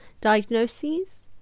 diagnoses